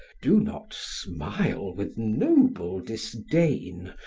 do not smile with noble disdain,